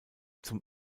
zum